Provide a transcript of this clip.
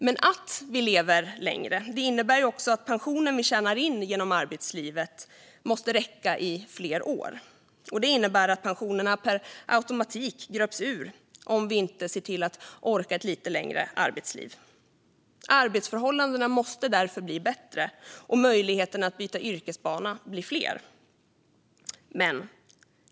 Men att vi lever längre innebär också att pensionen vi tjänar in genom arbetslivet måste räcka i fler år. Det innebär att pensionerna per automatik gröps ur om vi inte ser till att vi orkar med ett lite längre arbetsliv. Arbetsförhållandena måste därför bli bättre och möjligheterna att byta yrkesbana bli fler.